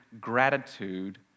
gratitude